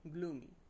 Gloomy